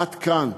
עד כאן.